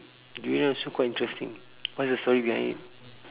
durian also quite interesting what's the story behind it